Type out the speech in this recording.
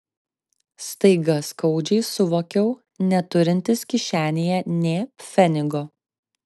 staiga skaudžiai suvokiau neturintis kišenėje nė pfenigo